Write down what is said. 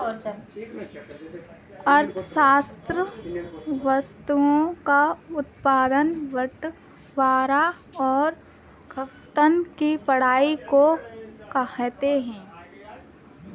अर्थशास्त्र वस्तुओं का उत्पादन बटवारां और खपत की पढ़ाई को कहते हैं